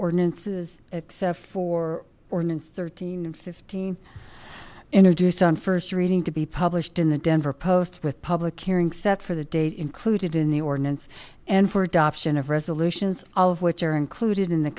ordinances except for ordinance thirteen and fifteen introduced on first reading to be published in the denver post with public hearing set for the date included in the ordinance and for adoption of resolutions all of which are included in the